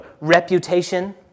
reputation